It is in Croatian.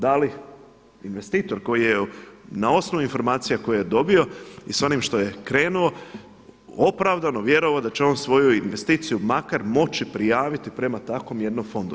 Da li investitor koji je na osnovi informacija koje je dobio i s onim što je krenuo opravdano vjerovao da će on svoju investiciju makar moći prijaviti prema takvom jednom fondu.